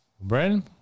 Brandon